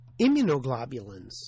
immunoglobulins